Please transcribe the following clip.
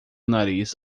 nariz